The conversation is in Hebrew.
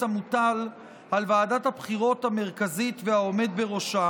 המוטל על ועדת הבחירות המרכזית והעומד בראשה